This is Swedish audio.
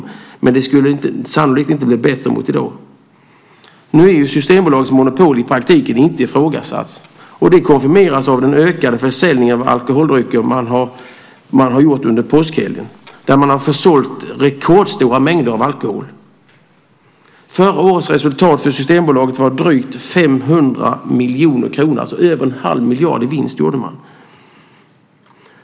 Sannolikt skulle det inte bli bättre jämfört med hur det är i dag. Systembolagets monopol är i praktiken inte ifrågasatt. Detta konfirmeras av den ökade försäljningen av alkoholdrycker under påskhelgen. Rekordstora mängder alkohol har försålts. Förra årets resultat för Systembolaget var drygt 500 miljoner kronor. Över en halv miljard i vinst gjorde man.